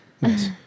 Nice